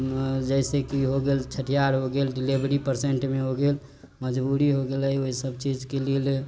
जैसेकी हो गेल छठिहार हो गेल डिलेवरी परसेन्ट मे हो गेल मजबूरी हो गेलै ओइसब चीज के लेल